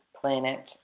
planet